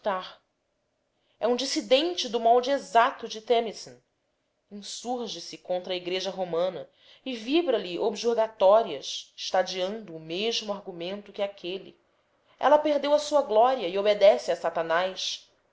montanista é um dissidente do molde exato de themison insurge se contra a igreja romana e vibra lhe objurgatórias estadeando o mesmo argumento que aquele ela perdeu a sua glória e obedece a satanás